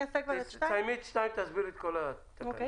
תסיימי את 2 ותסבירי את הכול.